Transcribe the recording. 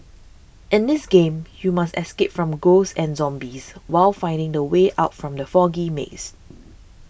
in this game you must escape from ghosts and zombies while finding the way out from the foggy maze